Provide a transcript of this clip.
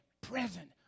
present